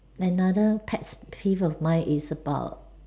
another pet peeve of mine is about